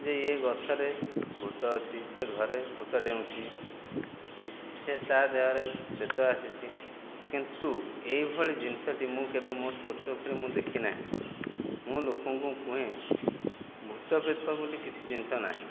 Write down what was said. ଯେ ଇଏ ଗଛରେ ଭୂତ ଅଛି ସେ ଘରେ ଭୂତ ଡେଉଁଛି ଇଏ ସେ ତା ଦେହରେ ପ୍ରେତ ଆସିଛି କିନ୍ତୁ ଏହିଭଳି ଜିନିଷଟି ମୁଁ କେବେ ମୋ ସ୍ଵଚକ୍ଷୁରେ ମୁଁ ଦେଖି ନାହିଁ ମୁଁ ଲୋକଙ୍କୁ କୁହେ ଭୂତ ପ୍ରେତ ବୋଲି କିଛି ଜିନିଷ ନାହିଁ